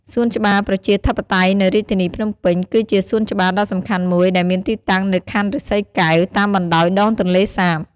សួនច្បារប្រជាធិបតេយ្យនៅរាជធានីភ្នំពេញ គឺជាសួនច្បារដ៏សំខាន់មួយដែលមានទីតាំងនៅខណ្ឌឫស្សីកែវ តាមបណ្តោយដងទន្លេសាប។